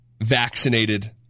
vaccinated